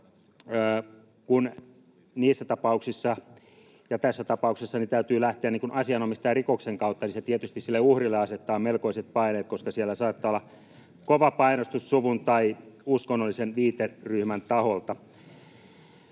kun niissä tapauksissa ja tässä tapauksessa täytyy lähteä asianomistajarikoksen kautta, niin se tietysti sille uhrille asettaa melkoiset paineet, koska siellä saattaa olla kova painostus suvun tai uskonnollisen viiteryhmän taholta.